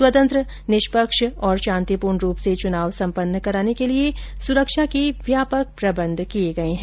स्वतंत्र निष्पक्ष और शांतिपूर्ण रूप से चुनाव सम्पन्न कराने के लिए सुरक्षा के व्यापक प्रबंध किए गए है